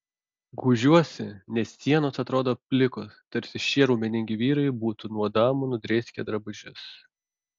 gūžiuosi nes sienos atrodo plikos tarsi šie raumeningi vyrai būtų nuo damų nudrėskę drabužius